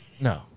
no